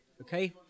Okay